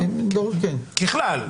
ככלל,